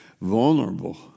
vulnerable